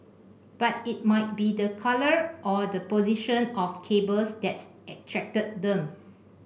but it might be the colour or the position of cables that's attracted them